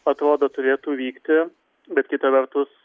atrodo turėtų vykti bet kita vertus